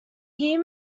hear